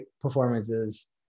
performances